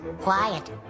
Quiet